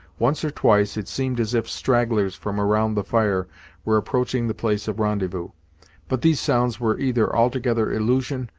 once or twice, it seemed as if stragglers from around the fire were approaching the place of rendezvous but these sounds were either altogether illusion,